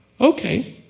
Okay